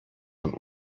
von